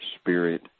spirit